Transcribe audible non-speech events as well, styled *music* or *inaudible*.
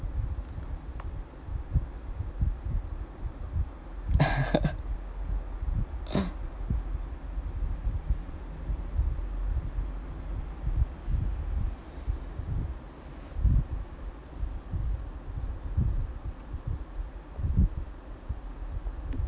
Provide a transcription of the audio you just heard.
*laughs*